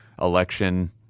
election